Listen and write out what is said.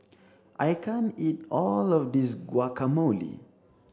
I can't eat all of this Guacamole